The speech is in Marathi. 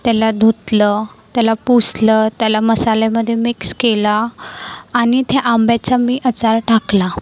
त्याला धुतलं त्याला पुसलं त्याला मसाल्यामध्ये मिक्स केला आणि ते आंब्याचा मी आचार टाकला